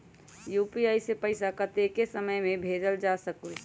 UPI से पैसा कतेक समय मे भेजल जा स्कूल?